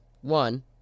One